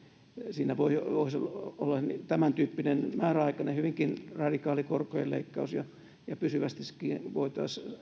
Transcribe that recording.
siinä voisi olla tämäntyyppinen määräaikainen hyvinkin radikaali korkojen leikkaus ja pysyvästikin voitaisiin